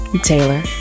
Taylor